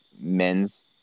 men's